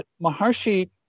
Maharshi